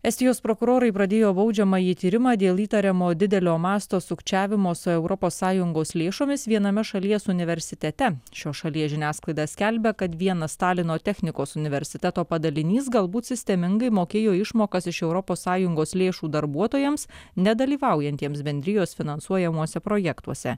estijos prokurorai pradėjo baudžiamąjį tyrimą dėl įtariamo didelio masto sukčiavimo su europos sąjungos lėšomis viename šalies universitete šios šalies žiniasklaida skelbia kad vienas talino technikos universiteto padalinys galbūt sistemingai mokėjo išmokas iš europos sąjungos lėšų darbuotojams nedalyvaujantiems bendrijos finansuojamuose projektuose